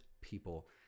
people